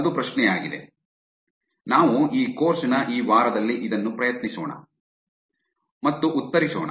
ಅದು ಪ್ರಶ್ನೆಯಾಗಿದೆ ನಾವು ಈ ಕೋರ್ಸ್ ನ ಈ ವಾರದಲ್ಲಿ ಇದನ್ನು ಪ್ರಯತ್ನಿಸೋಣ ಮತ್ತು ಉತ್ತರಿಸೋಣ